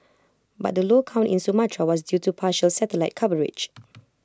but the low count in Sumatra was due to partial satellite coverage